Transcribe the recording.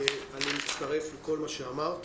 אני מצטרף לכל מה שאמרת.